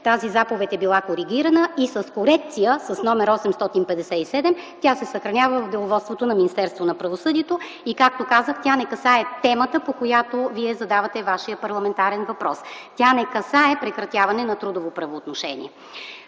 Тази заповед е била коригирана и с корекция с № 857 тя се съхранява в деловодството на Министерството на правосъдието и както казах, тя не касае темата, по която Вие задавате Вашия парламентарен въпрос. Тя не касае прекратяване на трудово правоотношение.